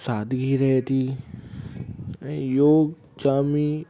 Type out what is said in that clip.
सादिगी रहे थी ऐं योग जामु ई